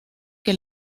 que